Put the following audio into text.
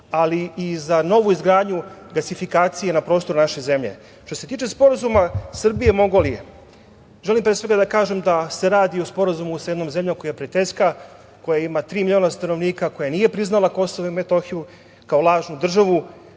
ali i za novu izgradnju gasifikacije na prostoru naše zemlje. Što se tiče Sporazuma Srbije i Mongolije, želim pre svega ga kažem da se radi o sporazumu sa jednom zemljom koja je prijateljska, koja ima tri miliona stanovnika, koja nije priznala KiM kao lažnu državu,